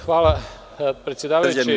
Hvala predsedavajući.